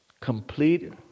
Complete